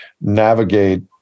navigate